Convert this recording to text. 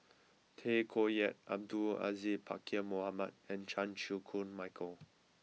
Tay Koh Yat Abdul Aziz Pakkeer Mohamed and Chan Chew Koon Michael